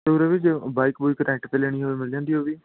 ਜੇ ਉਰੇ ਵੀਰ ਜੇ ਬਾਈਕ ਬੁਇਕ ਰੈਂਟ 'ਤੇ ਲੈਣੀ ਹੋਵੇ ਮਿਲ ਜਾਂਦੀ ਉਹ ਵੀ